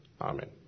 Amen